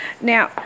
Now